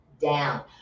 down